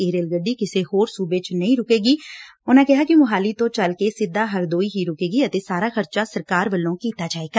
ਰਿਹ ਰੇਲ ਗੱਡੀ ਕਿਸੇ ਹੋਰ ਸੂਬੇ ਚ ਨਹੀ ਰੁਕੇਗੀ ਮੋਹਾਲੀ ਤੋਂ ਚੱਲ ਕੇ ਸਿੱਧਾ ਹਰ ਦੋਈ ਹੀ ਰੁਕੇਗੀ ਅਤੇ ਸਾਰਾ ਖਰਚਾ ਸਰਕਾਰ ਵੱਲੋਂ ਕੀਤਾ ਜਾਏਗਾ